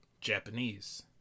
Japanese